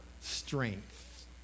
strength